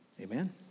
Amen